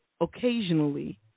occasionally